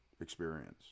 experience